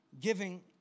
giving